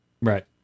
Right